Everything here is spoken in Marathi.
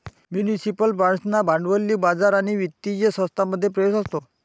म्युनिसिपल बाँड्सना भांडवली बाजार आणि वित्तीय संस्थांमध्ये प्रवेश असतो